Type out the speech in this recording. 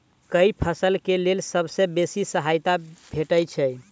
केँ फसल केँ लेल सबसँ बेसी सहायता भेटय छै?